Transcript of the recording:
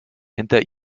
hinter